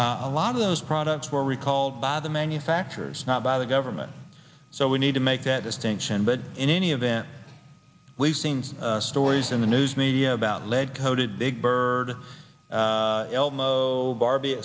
a lot of those products were recalled by the manufacturers not by the government so we know to make that distinction but in any event we've seen stories in the news media about lead coated big bird elmo barbie